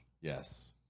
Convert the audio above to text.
Yes